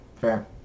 fair